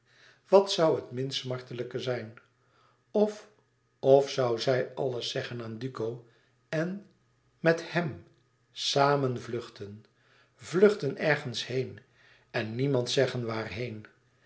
wat zoû het minst smartelijke zijn of of zoû zij alles zeggen aan duco en met hem samen vluchten vluchten ergens heen en niemand zeggen waarheen